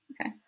okay